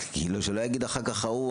שלא יגיד אחר ההוא,